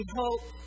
hope